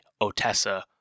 Otessa